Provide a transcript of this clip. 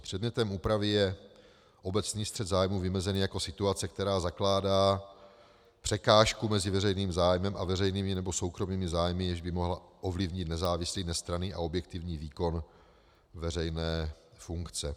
Předmětem úpravy je obecný střet zájmů vymezený jako situace, která zakládá překážku mezi veřejným zájmem a veřejnými nebo soukromými zájmy, jež by mohla ovlivnit nezávislý, nestranný a objektivní výkon veřejné funkce.